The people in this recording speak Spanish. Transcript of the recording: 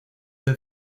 del